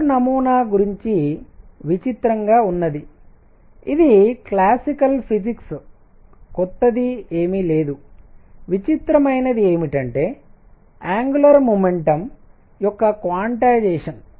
bore నమూనా గురించి విచిత్రంగా ఉన్నది ఇది క్లాసికల్ ఫిజిక్స్ కొత్తది ఏమీ లేదు విచిత్రమైనది ఏమిటంటే యాంగులార్ మొమెంటం కోణీయ ద్రవ్యవేగం యొక్క క్వాంటైజేషన్